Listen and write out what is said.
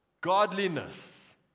godliness